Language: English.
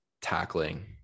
tackling